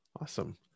Awesome